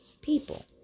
people